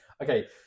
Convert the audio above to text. Okay